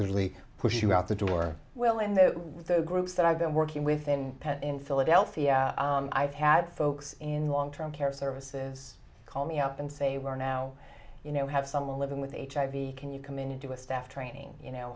really push you out the door well and the groups that i've been working with in in philadelphia i've had folks in long term care services call me up and say we're now you know have someone living with hiv can you come in and do a staff training you know